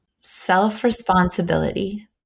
Self-responsibility